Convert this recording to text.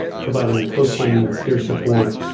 providing coaching, peer support,